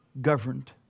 governed